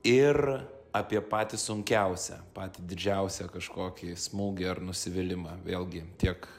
ir apie patį sunkiausią patį didžiausią kažkokį smūgį ar nusivylimą vėlgi tiek